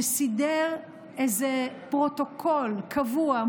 שסידר איזה פרוטוקול קבוע,